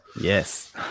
Yes